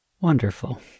Wonderful